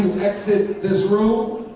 this room.